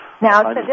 Now